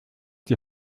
die